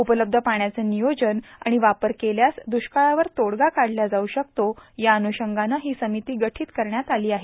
उपलब्ध पाण्याचे नियोजन आणि वापर केल्यास द्रष्काळावर तोडगा काढल्या जावू शकतो या अन्षंगानं ही समिती गठीत केली आहे